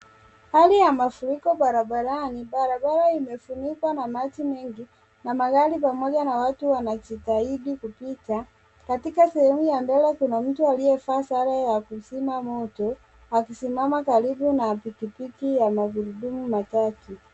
Hali ya mafuriko barabarani, barabara imefunikwa na maji mengi na magari pamoja na watu wanajitahidi kupita katika sehemu ya mbele kuna mtu alivaa sare ya kuzima moto akisimama karibu na pikipiki ya magurudumu matatu.